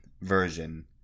version